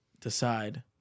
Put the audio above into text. decide